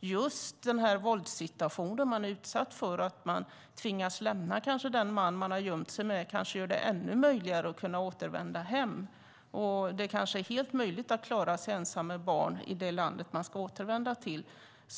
Just våldssituationen man är utsatt för, att man tvingas lämna den man som man har gömt sig med, kanske gör det ännu möjligare att återvända hem. Och det kanske är helt möjligt att klara sig ensam med barn i det land som man ska återvända till.